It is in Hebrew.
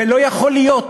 ולא יכול להיות,